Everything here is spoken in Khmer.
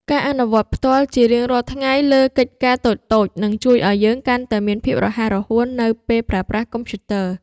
ការអនុវត្តផ្ទាល់ជារៀងរាល់ថ្ងៃលើកិច្ចការតូចៗនឹងជួយឱ្យយើងកាន់តែមានភាពរហ័សរហួននៅពេលប្រើប្រាស់កុំព្យូទ័រ។